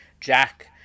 Jack